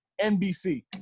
NBC